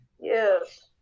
Yes